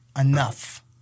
enough